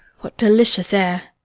what delicious air!